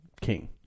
King